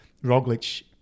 Roglic